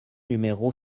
numéro